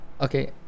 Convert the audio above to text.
okay